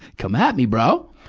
come at me, bro!